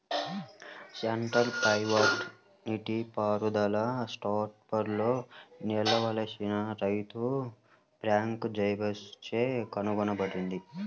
centre pivot నీటిపారుదల స్ట్రాస్బర్గ్లో నివసించిన రైతు ఫ్రాంక్ జైబాచ్ చే కనుగొనబడింది